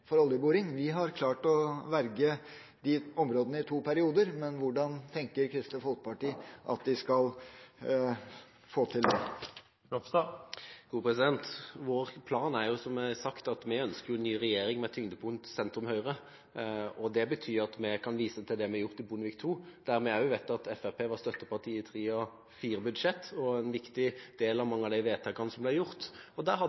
for oljeboring? Vi har klart å verge disse områdene i to perioder, men hvordan tenker Kristelig Folkeparti at de skal få til det? Vår plan er, som jeg har sagt, at vi ønsker en ny regjering med tyngdepunkt sentrum–høyre. Det betyr at vi kan vise til det vi har gjort under Bondevik II, der vi også vet at Fremskrittspartiet var støtteparti i tre av fire budsjetter og en viktig del av mange av de vedtakene som ble gjort. Der hadde vi en offensiv politikk, og der hadde